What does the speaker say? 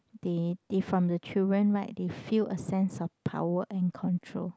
they they from the children right they feel a sense of power and control